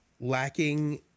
lacking